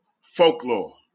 folklore